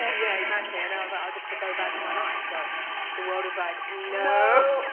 ah yeah, exactly and and i'll just but go back to my life but the world is like no